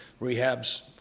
rehabs